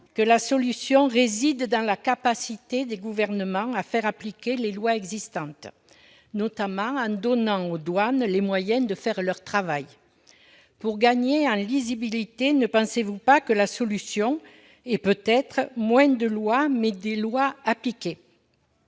que la solution réside dans la capacité des gouvernements à faire appliquer les lois existantes, notamment en donnant aux douanes les moyens de faire leur travail ? Pour gagner en lisibilité, ne pensez-vous pas que la solution réside peut-être dans des lois moins nombreuses, mais appliquées ?